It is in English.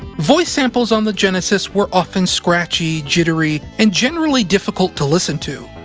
voice samples on the genesis were often scratchy, jittery, and generally difficult to listen to.